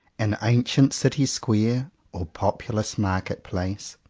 an ancient city square or populous market-place,